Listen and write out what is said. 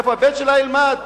איפה הבן שלה ילמד,